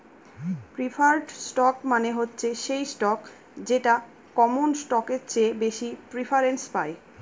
preferred stock মানে হচ্ছে সেই স্টক যেটা কমন স্টকের চেয়ে বেশি প্রিফারেন্স পায়